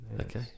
Okay